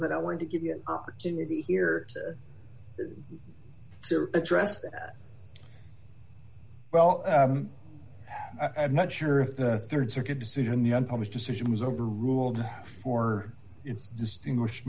but i want to give you an opportunity here to address the well i'm not sure if the rd circuit decision the unpublished decision was overruled for distinguish